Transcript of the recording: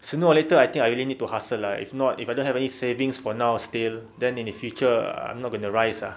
sooner or later I think I really need to hustle ah if not if I don't have any savings for now still then in the future I'm not gonna rise ah